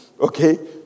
Okay